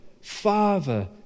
Father